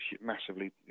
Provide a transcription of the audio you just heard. massively